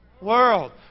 world